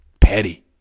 Petty